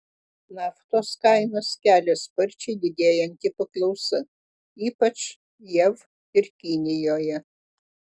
naftos kainas kelia sparčiai didėjanti paklausa ypač jav ir kinijoje